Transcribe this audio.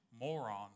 moron